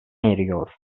eriyor